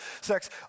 sex